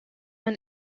man